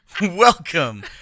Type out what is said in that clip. Welcome